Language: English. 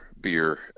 beer